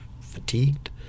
fatigued